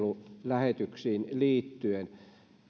ylen urheilulähetyksiin liittyen